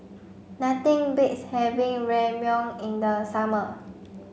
nothing beats having Ramyeon in the summer